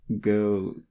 go